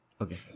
Okay